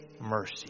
mercy